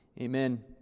Amen